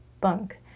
bunk